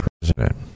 President